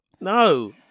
No